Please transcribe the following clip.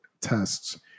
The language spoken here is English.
tests